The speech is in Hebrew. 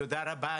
תודה רבה.